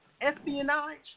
espionage